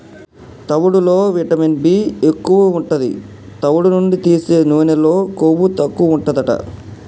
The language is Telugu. తవుడులో విటమిన్ బీ ఎక్కువు ఉంటది, తవుడు నుండి తీసే నూనెలో కొవ్వు తక్కువుంటదట